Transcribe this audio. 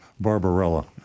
Barbarella